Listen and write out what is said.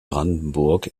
brandenburg